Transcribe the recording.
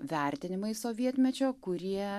vertinimai sovietmečio kurie